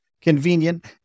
convenient